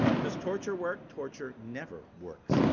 does torture work? torture never works.